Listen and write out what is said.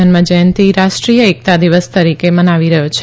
જન્મજયંતિ રાષ્ટ્રીય એકતાં દિવસ તરીકે મનાવી રહ્યો છે